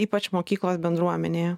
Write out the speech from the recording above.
ypač mokyklos bendruomenėje